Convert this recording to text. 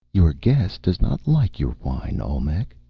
your guest does not like your wine, olmec,